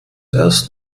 erst